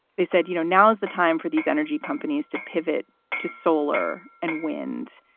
they said, you know, now's the time for these energy companies to pivot to solar and wind.